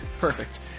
Perfect